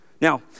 Now